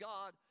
God